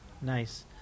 Nice